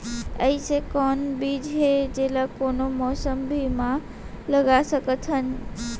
अइसे कौन बीज हे, जेला कोनो मौसम भी मा लगा सकत हन?